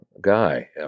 guy